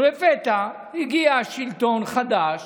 ולפתע הגיע שלטון חדש